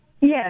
Yes